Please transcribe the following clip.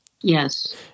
Yes